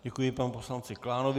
Děkuji panu poslanci Klánovi.